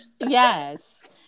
Yes